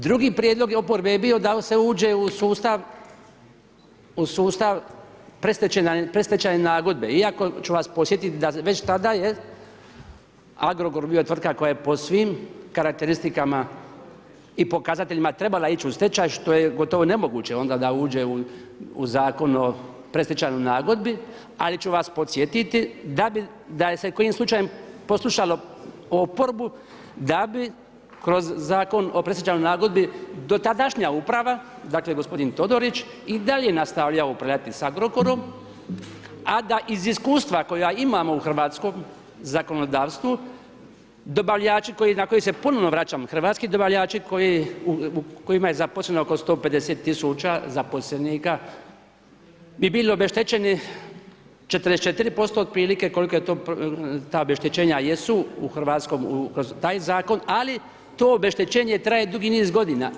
Drugi prijedlog oporbe je bio da se uđe u sustav predstečajne nagodbe iako ću vas podsjetiti da već tada je Agrokor bio tvrtka koja je po svim karakteristikama i pokazateljima trebala ići u stečaj, što je gotovo nemoguće da onda uđe u Zakon o predstečajnoj nagodbi, ali ću vas podsjetiti da je se kojim slučajem poslušalo oporbu, da bi kroz Zakon o predstečajnoj nagodbi dotadašnja uprava, dakle gospodin Todorić i dalje nastavljao upravljati s Agrokorom, a da iz iskustva koja imamo u hrvatskom zakonodavstvu dobavljači na koje se ponovo vraćam, hrvatski dobavljači kojima je zaposleno oko 150 tisuća zaposlenika bi bili obeštećeni 44% otprilike, koliko je to, ta obeštećenja jesu u Hrvatskoj kroz taj Zakon, ali to obeštećenje traje dugi niz godina.